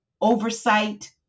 oversight